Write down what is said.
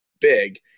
big